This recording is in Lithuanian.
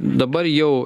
dabar jau